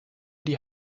die